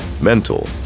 mental